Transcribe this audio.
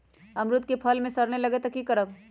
अमरुद क फल म अगर सरने लगे तब की करब?